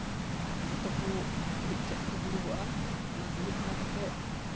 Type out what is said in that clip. ᱡᱚᱛᱚ ᱠᱚ ᱢᱤᱫ ᱴᱷᱮᱱ ᱠᱚ ᱫᱩᱲᱩᱵᱚᱜᱼᱟ ᱚᱱᱟ ᱫᱩᱲᱩᱵ ᱵᱟᱲᱟ ᱠᱟᱛᱮᱫ